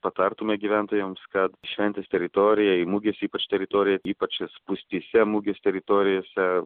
patartume gyventojams kad šventės teritorija į mugės ypač teritorija ypač spūstyse mugės teritorijose